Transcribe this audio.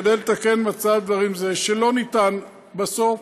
כדי לתקן מצב שבו אי-אפשר, בסוף,